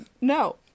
No